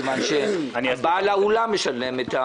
מכיוון שבעל האולם משלם.